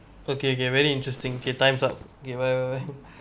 okay okay very interesting okay times up okay bye bye bye